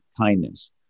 kindness